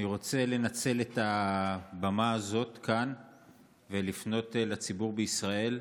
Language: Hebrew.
אני רוצה לנצל את הבמה הזאת ולפנות אל הציבור בישראל,